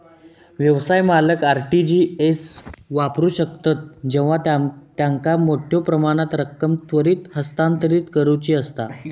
व्यवसाय मालक RTGS वापरू शकतत जेव्हा त्यांका मोठ्यो प्रमाणात रक्कम त्वरित हस्तांतरित करुची असता